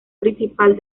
principal